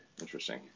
Interesting